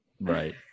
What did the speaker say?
Right